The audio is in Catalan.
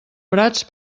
prats